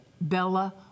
Bella